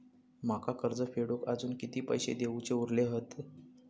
माका कर्ज फेडूक आजुन किती पैशे देऊचे उरले हत?